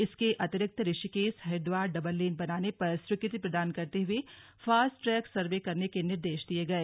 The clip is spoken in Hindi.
इसके अतिरिक्त ऋषिकेश हरिद्दार डबल लेन बनाने पर स्वीकृति प्रदान करते हुए फास्ट ट्रैक सर्वे करने के निर्देश दिये गए